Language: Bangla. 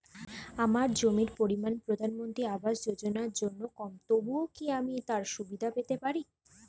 আমার জমির পরিমাণ প্রধানমন্ত্রী আবাস যোজনার জন্য কম তবুও কি আমি তার সুবিধা পেতে পারি?